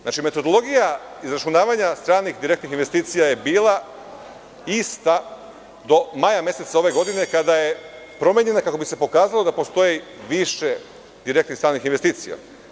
Znači, metodologija izračunavanja stranih direktnih investicija je bila ista do maja meseca ove godine kada je promenjena, kako bi se pokazalo da postoji više direktnih stranih investicija.